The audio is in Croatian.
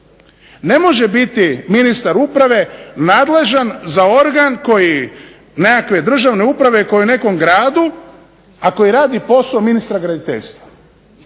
Ne može biti ministar uprave nadležan za organ nekakve državne uprave koji je u nekom gradu, a koji radi posao ministra graditeljstva.